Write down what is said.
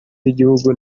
w’igihugu